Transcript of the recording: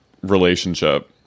relationship